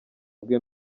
bwe